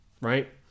right